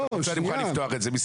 אם אתה רוצה, אני מוכן לפתוח את זה.